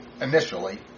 initially